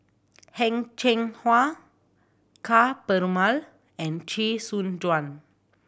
Heng Cheng Hwa Ka Perumal and Chee Soon Juan